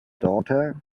daughter